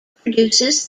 produces